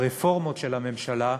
ברפורמות של הממשלה,